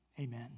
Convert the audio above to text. amen